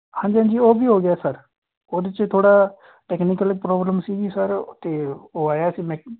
ਹਾਂਜੀ ਹਾਂਜੀ ਉਹ ਵੀ ਹੋ ਗਿਆ ਸਰ ਉਹਦੇ 'ਚ ਥੋੜ੍ਹਾ ਟੈਕਨੀਕਲ ਪ੍ਰੋਬਲਮ ਸੀ ਜੀ ਸਰ ਅਤੇ ਉਹ ਆਇਆ ਸੀ ਮੇਕ